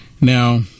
Now